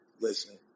listen